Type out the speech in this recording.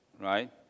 right